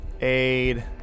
Aid